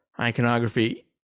iconography